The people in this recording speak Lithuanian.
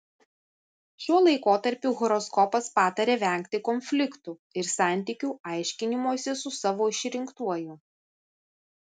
šiuo laikotarpiu horoskopas pataria vengti konfliktų ir santykių aiškinimosi su savo išrinktuoju